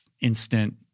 instant